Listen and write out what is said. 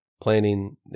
Planning